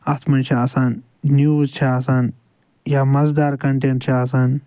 اتھ منٛز چھِ آسان نیوز چھِ آسان یا مزٕدار کنٹینٹ چھُ آسان